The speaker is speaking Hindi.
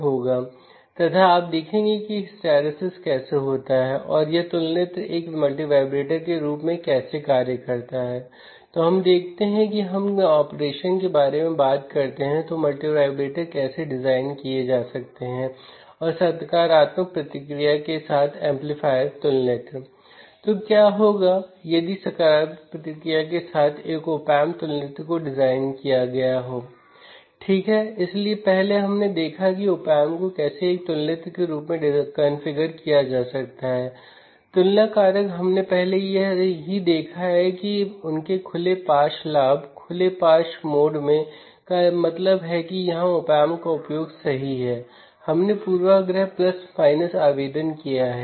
तो चलिए सर्किट देखते हैं और समझते हैं कि वास्तव में इंस्ट्रूमेंटेशन एम्पलीफायर क्या है और कैसे हम एक डिफ़्रेंसियल एम्पलीफायर बना सकते हैं या हम एक डिफ़्रेंसियल एम्पलीफायर को इंस्ट्रूमेंटेशन एम्पलीफायर में बदल सकते हैं